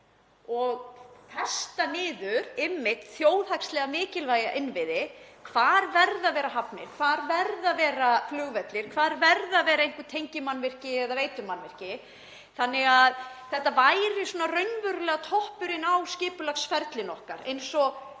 og festa niður þjóðhagslega mikilvæga innviði? Hvar verða að vera hafnir? Hvar verða að vera flugvellir? Hvar verða að vera tengimannvirki eða veitumannvirki? Þetta væri þannig raunverulega toppurinn á skipulagsferlinu okkar eins og ég